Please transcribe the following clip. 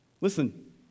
listen